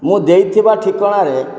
ମୁଁ ଦେଇଥିବା ଠିକଣାରେ